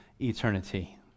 eternity